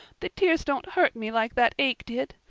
the tears don't hurt me like that ache did.